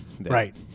Right